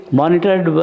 monitored